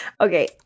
Okay